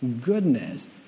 goodness